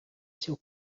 seu